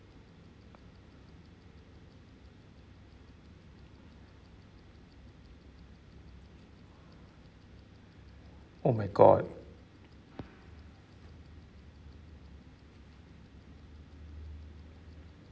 oh my god